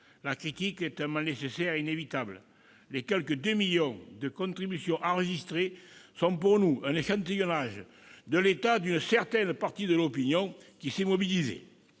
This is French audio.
La critique est un mal nécessaire et inévitable. Les quelque deux millions de contributions enregistrées sont pour nous un échantillonnage de l'état d'une certaine partie de l'opinion, celle qui s'est mobilisée.